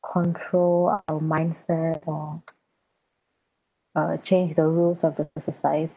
control our mindset or uh change the rules of the society